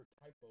typo